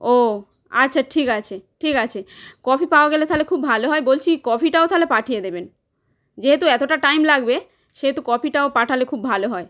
ও আচ্ছা ঠিক আছে ঠিক আছে কফি পাওয়া গেলে তাহলে খুব ভালো হয় বলছি কফিটাও তাহলে পাঠিয়ে দেবেন যেহেতু এতোটা টাইম লাগবে সেহেতু কফিটাও পাঠালে খুব ভালো হয়